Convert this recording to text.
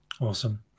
Awesome